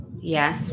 Yes